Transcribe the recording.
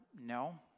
No